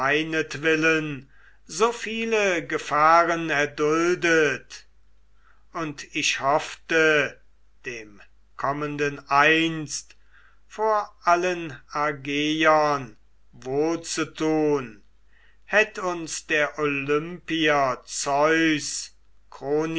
so viele gefahren erduldet und ich hoffte dem kommenden einst vor allen argeiern wohlzutun hätt uns der olympier zeus